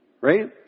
right